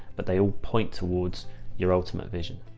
but they all point towards your ultimate vision.